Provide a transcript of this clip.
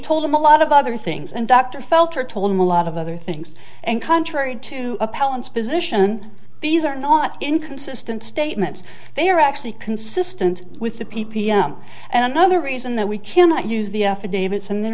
told them a lot of other things and dr felter told him a lot of other things and contrary to appellants position these are not inconsistent statements they are actually consistent with the p p m and another reason that we cannot use the affidavits and they're